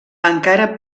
encara